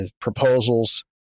proposals